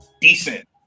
decent